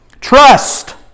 Trust